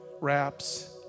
wraps